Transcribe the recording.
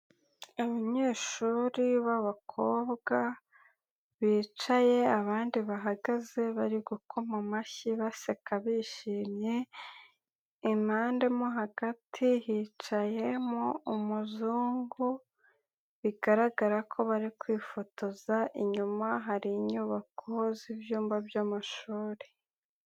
Abanyeshuri b'abakobwa bicaye abandi bahagaze bari gukoma amashyi baseka bishimye, impande mo hagati hicayemo umuzungu, bigaragara ko bari kwifotoza, inyuma hari inyubako z'ibyumba by'amashuri.